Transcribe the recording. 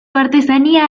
artesanía